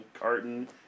carton